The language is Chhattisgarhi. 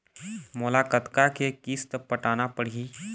मोला कतका के किस्त पटाना पड़ही?